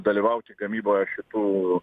dalyvauti gamyboje šitų